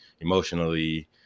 emotionally